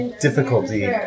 difficulty